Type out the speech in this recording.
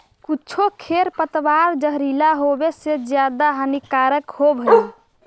कुछो खेर पतवार जहरीला होवे से ज्यादा हानिकारक होवऽ हई